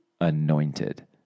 anointed